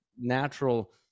natural